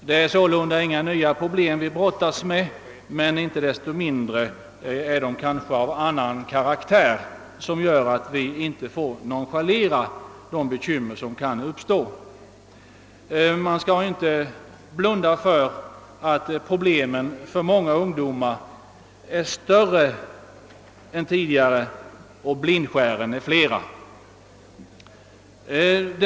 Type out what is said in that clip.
Det är sålunda inte något nytt problem vi brottas med, men det är inte desto mindre av en annan karaktär som gör att vi inte får nonchalera de bekymmer som kan uppstå. Man skall inte blunda för att problemen för många ungdomar är större i dag än tidigare och för att blindskären är flera och försåtligare.